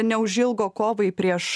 neužilgo kovai prieš